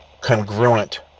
congruent